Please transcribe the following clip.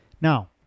Now